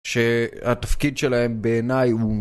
שהתפקיד שלהם בעיניי הוא...